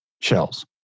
shells